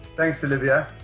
thanks olivia